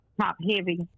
top-heavy